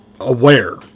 aware